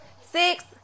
six